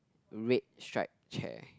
red stripe chair